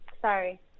sorry